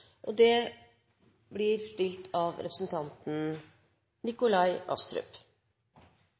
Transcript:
og siste hovedspørsmål blir stilt av representanten Nikolai Astrup.